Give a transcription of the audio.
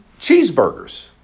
cheeseburgers